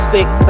Six